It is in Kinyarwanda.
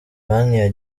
banki